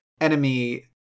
enemy